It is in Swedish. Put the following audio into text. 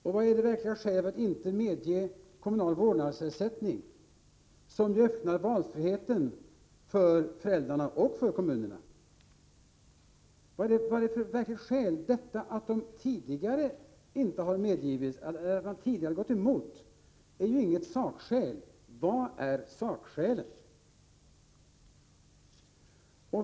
Och vad är det verkliga skälet för att inte medge kommunal vårdnadsersättning som ju öppnar valfrihet för föräldrarna och för kommunerna? Att man tidigare har gått emot är inget sakskäl. Vad är sakskälet?